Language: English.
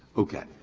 okay,